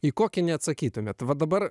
į kokį neatsakytumėt va dabar